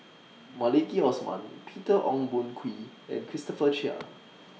Maliki Osman Peter Ong Boon Kwee and Christopher Chia